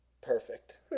perfect